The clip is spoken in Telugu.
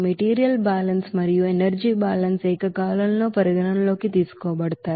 మెటీరియల్ బ్యాలెన్స్ మరియు ఎనర్జీ బ్యాలెన్స్ ఏకకాలంలో పరిగణనలోకి తీసుకోబడతాయి